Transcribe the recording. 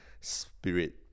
spirit